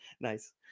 Nice